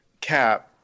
Cap